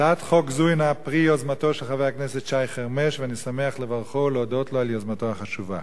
יציג את הצעת החוק חבר הכנסת ישראל אייכלר במקום יושב-ראש ועדת הכלכלה